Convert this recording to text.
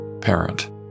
parent